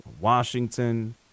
Washington